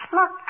Look